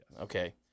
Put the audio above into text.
Okay